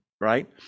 right